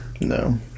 No